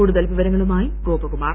കൂടുതൽ വിവരങ്ങളുമായി ഗോപകുമാർ